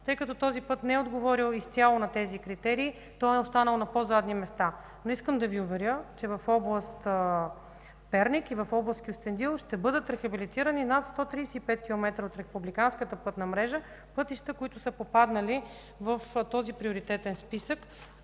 Тъй като този път не е отговорил изцяло на тези критерии, той е останал на по-задни места. Искам обаче да Ви уверя, че в област Перник и в област Кюстендил ще бъдат рехабилитирани над 135 км от републиканската пътна мрежа – пътища, които са попаднали в този приоритетен списък,